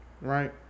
right